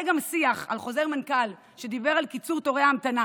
היה גם שיח על חוזר מנכ"ל שדיבר על קיצור תורי המתנה,